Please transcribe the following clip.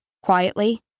Quietly